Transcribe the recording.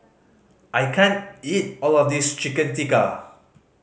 I can't eat all of this Chicken Tikka